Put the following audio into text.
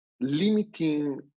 limiting